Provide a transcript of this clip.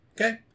Okay